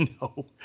No